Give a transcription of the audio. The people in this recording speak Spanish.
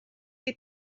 que